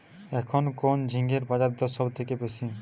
এখন কোন ঝিঙ্গের বাজারদর সবথেকে বেশি?